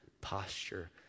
posture